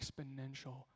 exponential